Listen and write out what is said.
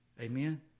Amen